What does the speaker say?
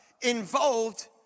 Involved